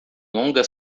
longas